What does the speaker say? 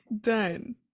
Done